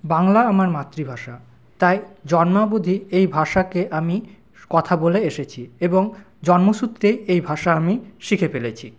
বাংলা আমার মাতৃভাষা তাই জন্মাবধি এই ভাষাকে আমি কথা বলে এসেছি এবং জন্মসূত্রেই এই ভাষা আমি শিখে ফেলেছি